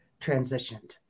transitioned